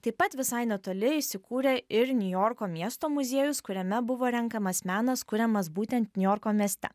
taip pat visai netoli įsikūrė ir niujorko miesto muziejus kuriame buvo renkamas menas kuriamas būtent niujorko mieste